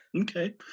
Okay